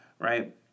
right